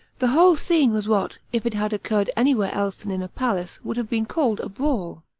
the whole scene was what, if it had occurred any where else than in a palace, would have been called a brawl.